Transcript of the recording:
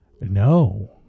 no